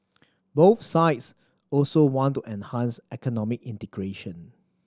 both sides also want to enhance economic integration